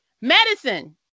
Medicine